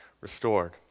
restored